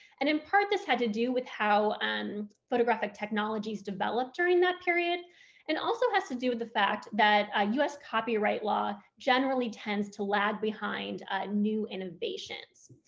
and in part this had to do with how um photographic technologies developed during that period and also has to do with the fact that ah us copyright law generally tends to lag behind new innovations,